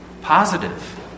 positive